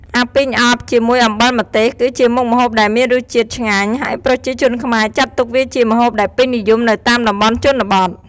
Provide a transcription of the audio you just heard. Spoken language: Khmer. អាពីងអប់ជាមួយអំបិលម្ទេស គឺជាមុខម្ហូបដែលមានរសជាតិឆ្ងាញ់ ហើយប្រជាជនខ្មែរចាត់ទុកវាជាម្ហូបដែលពេញនិយមនៅតាមតំបន់ជនបទ។